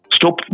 Stop